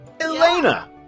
Elena